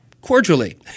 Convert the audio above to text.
cordially